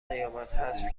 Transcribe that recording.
نیامد، حذف